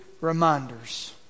reminders